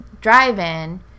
drive-in